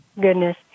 Goodness